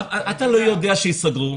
אתה לא יודע שיסגרו.